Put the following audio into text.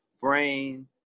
brain